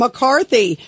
McCarthy